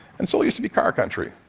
and seoul used to be car country.